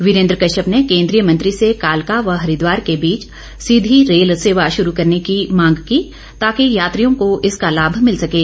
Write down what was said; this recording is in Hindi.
वीरेंद्र कश्यप ने केंद्रीय मंत्री से कालका व हरिद्वार के बीच सीधी रेल सेवा शुरू करने की मांग की ताकि यात्रियों को इसका लाभ मिल सकें